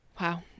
Wow